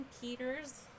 Peter's